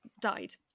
died